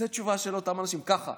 זו התשובה של אותם אנשים, ככה.